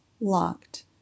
locked